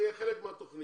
זה יהיה חלק מהתוכנית